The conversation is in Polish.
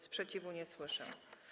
Sprzeciwu nie słyszę.